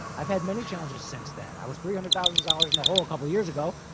i've had many challenges since that i was three hundred thousand dollars in the hole a couple of years ago,